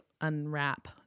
unwrap